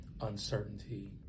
uncertainty